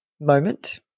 moment